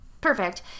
perfect